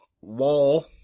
wall